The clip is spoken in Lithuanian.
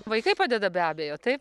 vaikai padeda be abejo taip